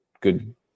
good